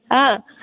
ஆ